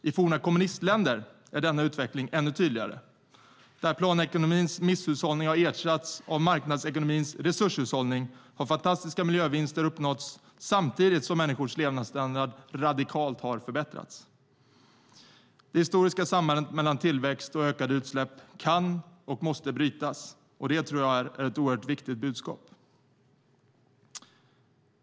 I forna kommunistländer är denna utveckling ännu tydligare. Där planekonomins misshushållning har ersatts av marknadsekonomins resurshushållning har fantastiska miljövinster uppnåtts samtidigt som människors levnadsstandard radikalt har förbättrats. Det historiska sambandet mellan tillväxt och ökade utsläpp kan och måste brytas, och detta tror jag är ett oerhört viktigt budskap.